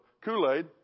Kool-Aid